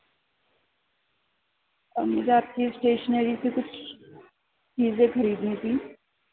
اور مجھے آپ کی اسٹیشنری سے کچھ چیزیں خریدنی تھیں